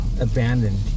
abandoned